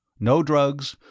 no drugs,